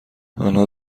آنها